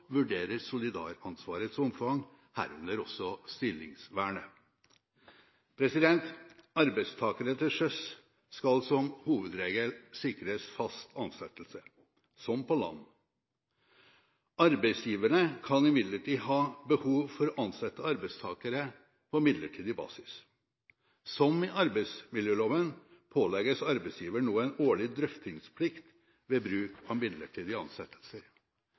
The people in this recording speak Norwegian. vurderer solidaransvarets omfang, herunder altså stillingsvernet. Arbeidstakere til sjøs skal som hovedregel sikres fast ansettelse, som på land. Arbeidsgiverne kan imidlertid ha behov for å ansette arbeidstakere på midlertidig basis. Som i arbeidsmiljøloven pålegges arbeidsgiver nå en årlig drøftingsplikt ved bruk av midlertidige ansettelser.